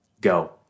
go